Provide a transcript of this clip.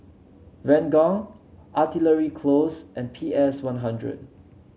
Ranggung Artillery Close and P S One Hundred